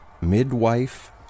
midwife